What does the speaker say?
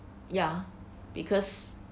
ya because